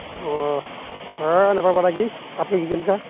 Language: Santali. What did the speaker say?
ᱚᱻ ᱦᱮᱸ ᱱᱟᱯᱟᱭ ᱵᱟᱲᱟ ᱜᱮ ᱟᱯᱮ ᱜᱮ ᱪᱮᱫᱞᱮᱠᱟ